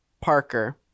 Parker